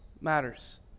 matters